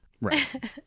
Right